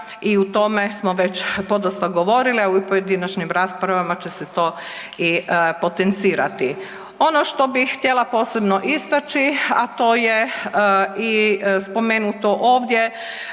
i o tome smo već podosta govorile i u pojedinačnim raspravama će se to i potencirati. Ono što bi htjela posebno istaći, a to je i spomenuto ovdje,